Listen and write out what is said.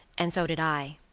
and so did i.